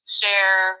share